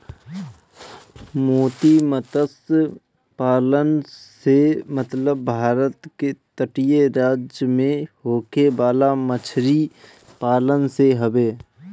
मोती मतस्य पालन से मतलब भारत के तटीय राज्य में होखे वाला मछरी पालन से हवे